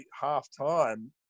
half-time